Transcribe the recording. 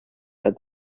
are